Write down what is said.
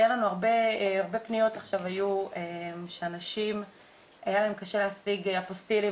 הרבה פניות עכשיו היו שלאנשים היה קשה להשיג אפוסטילים